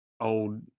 old